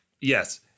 yes